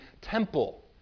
temple